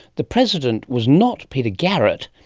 the president was not peter garrett,